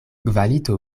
kvalito